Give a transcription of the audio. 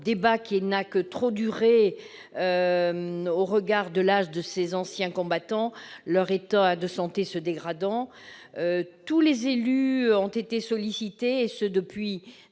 débat n'a que trop duré au regard de l'âge de ces anciens combattants, dont l'état de santé se dégrade. Tous les élus ont été sollicités à ce sujet,